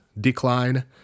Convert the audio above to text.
decline